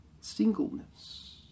singleness